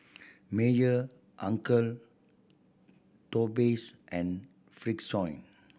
Mayer Uncle Toby's and Frixion